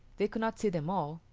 they could not see them all,